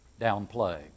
downplay